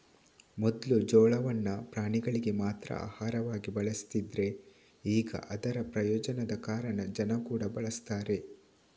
ಮೊದ್ಲು ಜೋಳವನ್ನ ಪ್ರಾಣಿಗಳಿಗೆ ಮಾತ್ರ ಆಹಾರವಾಗಿ ಬಳಸ್ತಿದ್ರೆ ಈಗ ಅದರ ಪ್ರಯೋಜನದ ಕಾರಣ ಜನ ಕೂಡಾ ಬಳಸ್ತಾರೆ